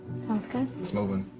sounds good. it's moving.